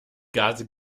gase